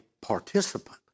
participant